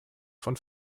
von